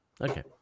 Okay